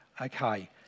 Okay